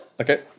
Okay